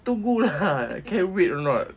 tunggu lah can wait or not